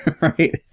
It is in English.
right